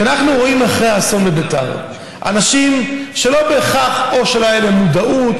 כשאנחנו רואים אחרי האסון בביתר אנשים שלא בהכרח הייתה להם מודעות,